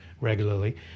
regularly